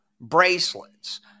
bracelets